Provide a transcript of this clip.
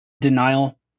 denial